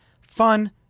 Fun